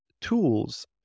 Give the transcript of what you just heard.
tools